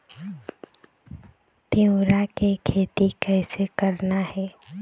तिऊरा के खेती कइसे करना हे?